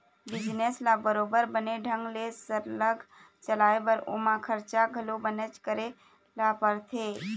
business ल बरोबर बने ढंग ले सरलग चलाय बर ओमा खरचा घलो बनेच करे ल परथे